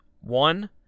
One